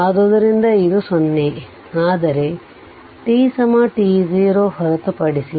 ಆದ್ದರಿಂದ ಇದು 0 ಆದರೆ t t0 ಹೊರತುಪಡಿಸಿ